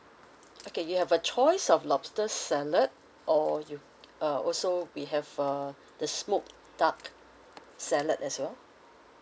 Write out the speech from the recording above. okay you have a choice of lobster salad or you uh also we have uh the smoked duck salad as well